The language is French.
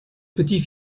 petit